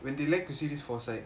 when they lag to see this foresight